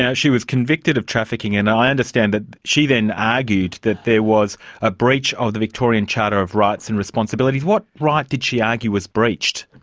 yeah she was convicted of trafficking, and i understand that she then argued that there was a breach of the victorian charter of rights and responsibilities. what right did she argue was breached?